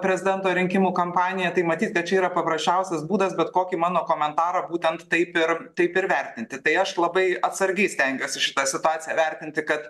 prezidento rinkimų kampaniją tai matyt kad čia yra paprasčiausias būdas bet kokį mano komentarą būtent taip ir taip ir vertinti tai aš labai atsargiai stengiuosi šitą situaciją vertinti kad